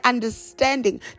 understanding